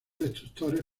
destructores